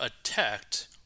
attacked